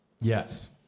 yes